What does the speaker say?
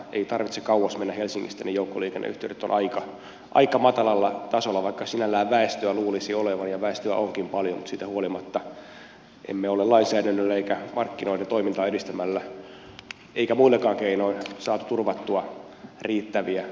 ei tarvitse kauas mennä helsingistä niin joukkoliikenneyhteydet ovat aika matalalla tasolla vaikka sinällään väestöä luulisi olevan ja väestöä onkin paljon mutta siitä huolimatta emme ole lainsäädännöllä emmekä markkinoiden toimintaa edistämällä emmekä muillakaan keinoin saaneet turvattua riittäviä joukkoliikenneyhteyksiä